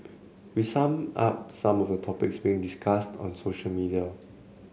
we sum up some of the topics being discussed on social media